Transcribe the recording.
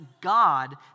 God